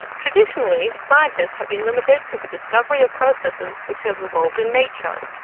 traditionally, scientists have been limited to the discovery of processes which have evolved in nature.